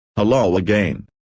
hello again!